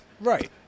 right